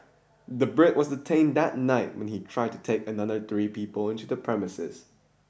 the Brit was detained that night when he tried to take another three people into the premises